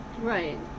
right